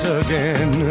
again